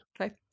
Okay